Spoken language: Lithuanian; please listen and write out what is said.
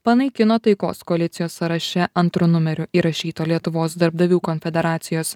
panaikino taikos koalicijos sąraše antru numeriu įrašyto lietuvos darbdavių konfederacijos